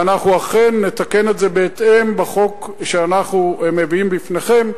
ואנחנו אכן נתקן את זה בהתאם בחוק שאנחנו מביאים בפניכם,